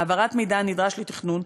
העברת מידע הנדרש לתכנון,